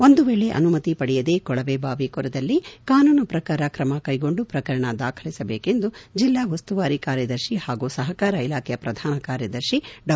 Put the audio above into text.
ಒಂದು ವೇಳೆ ಅನುಮತಿ ಪಡೆಯದೆ ಕೊಳವೆ ಬಾವಿ ಕೊರೆದಲ್ಲಿ ಕಾನೂನು ಪ್ರಕಾರ ಕ್ರಮ ಕೈಗೊಂಡು ಪ್ರಕರಣ ದಾಖಲಿಸಬೇಕು ಎಂದು ಜೆಲ್ಲಾ ಉಸ್ತುವಾರಿ ಕಾರ್ಯದರ್ಶಿ ಹಾಗೂ ಸಹಕಾರ ಇಲಾಖೆಯ ಪ್ರಧಾನ ಕಾರ್ಯದರ್ಶಿ ಡಾ